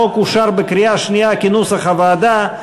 החוק אושר בקריאה שנייה כנוסח הוועדה.